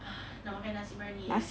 ah nak makan nasi eh